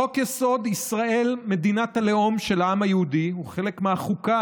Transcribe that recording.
חוק-יסוד: ישראל מדינת הלאום של העם היהודי הוא חלק מהחוקה,